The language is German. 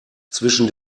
zwischen